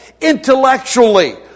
Intellectually